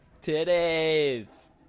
Today's